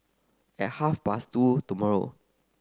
at half past two tomorrow